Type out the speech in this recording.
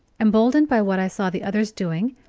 emboldened by what i saw the others doing,